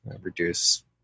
reduce